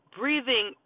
breathing